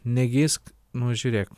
negeisk nu žiūrėk